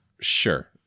Sure